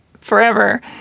forever